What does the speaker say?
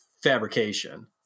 Fabrication